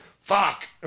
Fuck